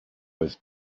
was